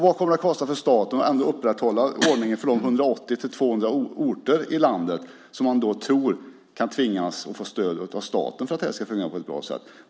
Vad kommer det att kosta för staten att ändå upprätthålla ordningen för de 180-200 orter i landet som man tror kan tvingas få stöd av staten för att det ska fungera på ett bra sätt?